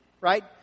right